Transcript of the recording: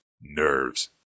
Nerves